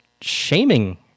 shaming